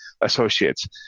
associates